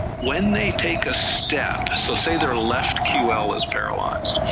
when they take a step, so say their left ql is paralyzed,